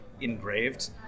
engraved